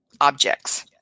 objects